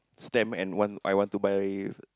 stamp and want I want to buy